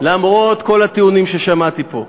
למרות כל הטיעונים ששמעתי פה.